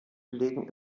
belegen